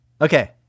Okay